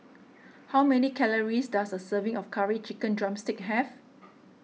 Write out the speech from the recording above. how many calories does a serving of Curry Chicken Drumstick have